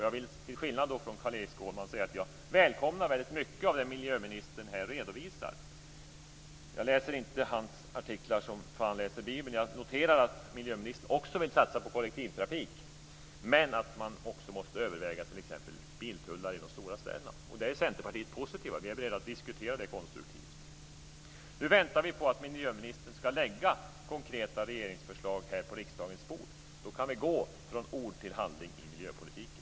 Jag vill, till skillnad från Carl-Erik Skårman, säga att jag välkomnar väldigt mycket av det som miljöministern där redovisar. Jag läser inte hans artiklar som fan läser bibeln. Men jag noterar att miljöministern också vill satsa på kollektivtrafik men att man också måste överväga t.ex. biltullar i de stora städerna. Detta är vi i Centerpartiet positiva till. Vi är beredda att diskutera det konstruktivt. Nu väntar vi på att miljöministern ska lägga fram konkreta regeringsförslag här på riksdagens bord. Då kan vi gå från ord till handling i miljöpolitiken.